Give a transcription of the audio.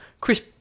Chris